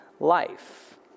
life